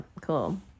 cool